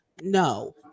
no